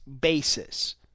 basis